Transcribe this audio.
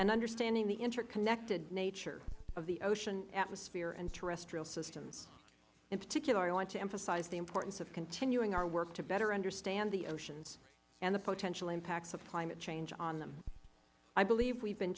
and understanding the interconnected nature of the ocean atmosphere and terrestrial systems in particular i would like to emphasize the importance of continuing our work to better understand the oceans and the potential impacts of climate change on them i believe we have been